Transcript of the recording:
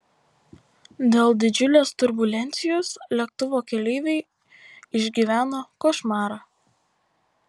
dėl didžiulės turbulencijos lėktuvo keleiviai išgyveno košmarą